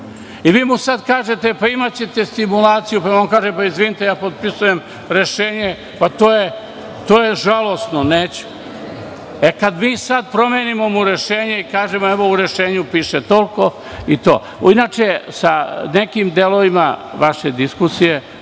Vi mu sad kažete – pa, imaćete stimulaciju. On vam onda kaže – izvinite, ja potpisujem rešenje, pa to je žalosno, neću. Kada mu mi sad promenimo rešenje i kažemo – evo, u rešenju piše toliko. Inače, sa nekim delovima vaše diskusije